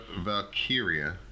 Valkyria